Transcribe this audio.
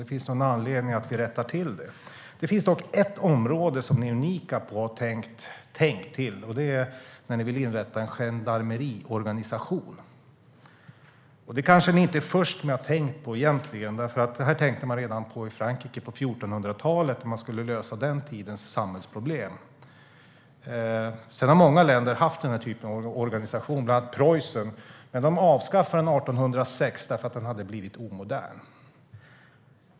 Det finns anledning att rätta till det. Det finns dock ett område där ni är unika och har tänkt till. Det är när ni vill inrätta en gendarmeriorganisation. Det är ni egentligen inte först med att ha tänkt på, för det tänkte man på i Frankrike redan på 1400-talet när man skulle lösa den tidens samhällsproblem. Sedan har många länder haft den typen av organisation, bland annat Preussen, men där avskaffades den 1806 därför att den hade blivit omodern.